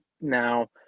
now